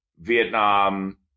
Vietnam